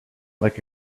like